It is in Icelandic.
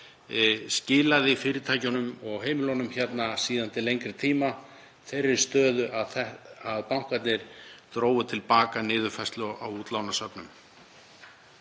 skiluðu fyrirtækjunum og heimilunum síðan til lengri tíma þeirri stöðu að bankarnir drógu til baka niðurfærslu á útlánasöfnum.